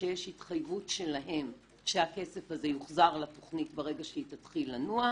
כשיש התחייבות שלהם שהכסף הזה יוחזר לתכנית ברגע שהיא תתחיל לנוע.